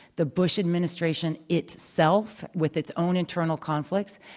the bush administration itself with its own internal conflicts,